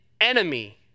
enemy